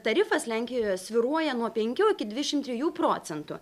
tarifas lenkijoje svyruoja nuo penkių iki dvidešim trijų procentų